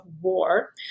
war